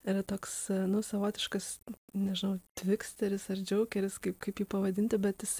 yra toks nu savotiškas nežnau tviksteris ar džeukeris kai kaip ji pavadinti bet is